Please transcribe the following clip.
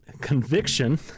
Conviction